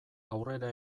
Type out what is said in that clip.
aurrera